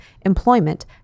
employment